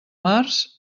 març